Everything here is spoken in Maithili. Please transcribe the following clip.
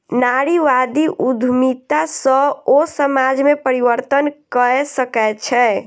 नारीवादी उद्यमिता सॅ ओ समाज में परिवर्तन कय सकै छै